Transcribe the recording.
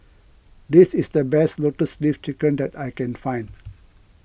this is the best Lotus Leaf Chicken that I can find